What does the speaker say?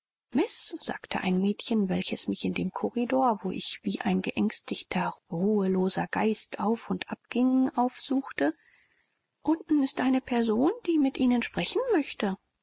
sagte ein mädchen welches mich in dem korridor wo ich wie ein geängstigter ruheloser geist auf und abging aufsuchte unten ist eine person die mit ihnen sprechen möchte